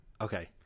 okay